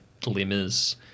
glimmers